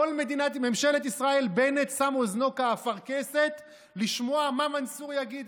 כל ממשלת ישראל בנט עשה אוזנו כאפרכסת לשמוע מה מנסור יגיד.